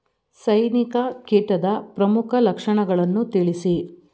ಸೈನಿಕ ಕೀಟದ ಪ್ರಮುಖ ಲಕ್ಷಣಗಳನ್ನು ತಿಳಿಸಿ?